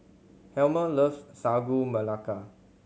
Helmer loves Sagu Melaka